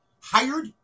hired